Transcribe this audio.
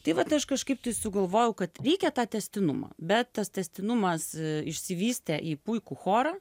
tai vat aš kažkaip tai sugalvojau kad reikia tą tęstinumą bet tas tęstinumas išsivystė į puikų chorą